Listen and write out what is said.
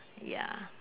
ya